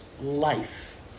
life